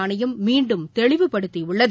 ஆணயம் மீண்டும் தெளிவுபடுத்தியுள்ளது